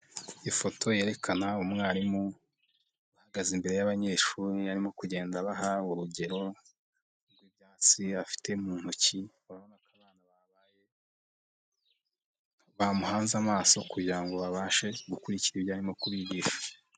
Ifoto yerekana umwarimu uhagaze imbere y'abanyeshuri arimo kugenda abaha urugero rw'ibyatsi afite mu ntoki, urabona ko abana bamuhanze amaso kugira ngo babashe gukurikira ibyo arimo kubigisha.